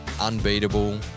unbeatable